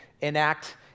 enact